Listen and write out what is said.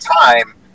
time